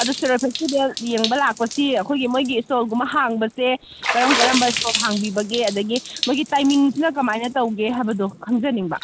ꯑꯗꯨ ꯁꯤꯔꯣꯏ ꯐꯦꯁꯇꯤꯚꯦꯜ ꯌꯦꯡꯕ ꯂꯥꯛꯄꯁꯤ ꯑꯩꯈꯣꯏꯒꯤ ꯃꯣꯏꯒꯤ ꯏꯁꯇꯣꯜꯒꯨꯝꯕ ꯍꯥꯡꯕꯁꯦ ꯀꯔꯝ ꯀꯕꯝꯕ ꯏꯁꯇꯣꯜ ꯍꯥꯡꯕꯤꯕꯒꯦ ꯑꯗꯨꯗꯒꯤ ꯃꯣꯏꯒꯤ ꯇꯥꯏꯃꯤꯡꯁꯤꯅ ꯀꯃꯥꯏꯅ ꯇꯧꯒꯦ ꯍꯥꯏꯕꯗꯣ ꯈꯪꯖꯅꯤꯡꯕ